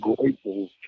grateful